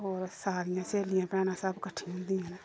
होर सारियां स्हेलियां भैनां सब कट्ठियां होंदिया न